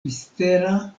mistera